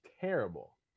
terrible